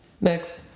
Next